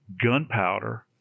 gunpowder